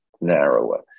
narrower